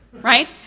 right